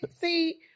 See